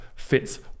fits